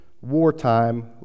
wartime